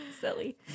Silly